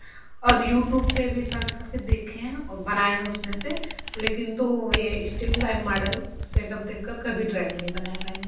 और यूटूब पर भी सर्च करकर देखे हैं और बनाए हैं उसमें से लेकिन तो यह इश्टील लाइब् माडल सेटअप देखकर कभी ड्राइंग नहीं बनाया मैंने